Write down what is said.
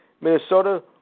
Minnesota